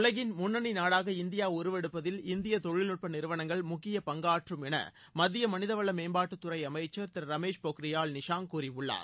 உலகின் முன்னணி நாடாக இந்தியா உருவெடுப்பதில் இந்திய தொழில்நுட்ப நிறுவனங்கள் முக்கிய பங்காற்றும் என மத்திய மனிவள மேம்பாட்டுத்துறை அமைச்சர் திரு ரமேஷ் பொக்ரியால் நிஷாங்க் கூறியுள்ளார்